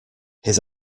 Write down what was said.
his